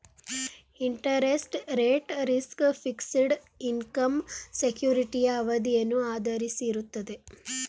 interest rate risk, fixed income ಸೆಕ್ಯೂರಿಟಿಯ ಅವಧಿಯನ್ನು ಆಧರಿಸಿರುತ್ತದೆ